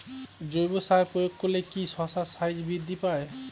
জৈব সার প্রয়োগ করলে কি শশার সাইজ বৃদ্ধি পায়?